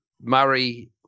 Murray